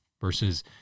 versus